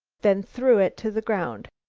then threw it to the ground.